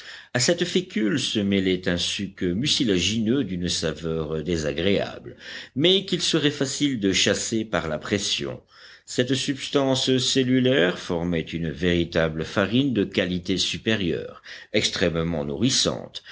à cette fécule se mêlait un suc mucilagineux d'une saveur désagréable mais qu'il serait facile de chasser par la pression cette substance cellulaire formait une véritable farine de qualité supérieure extrêmement nourrissante